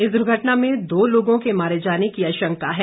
इस दुर्घटना में दो लोगों के मारे जाने की आशंका है